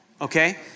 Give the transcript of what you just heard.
Okay